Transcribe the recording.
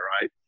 right